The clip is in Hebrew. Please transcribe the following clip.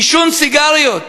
מעישון סיגריות.